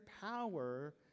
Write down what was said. power